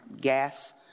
gas